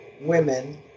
women